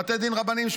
בבתי דין רבניים,